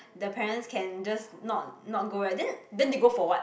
the parents can just not not go right then then they go for what